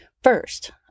First